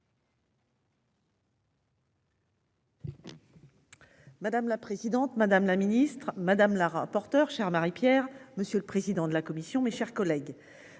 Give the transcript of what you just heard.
Madame la présidente, madame la ministre madame la rapporteure chers Marie-Pierre. Monsieur le président de la commission. Mes chers collègues.